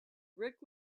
rick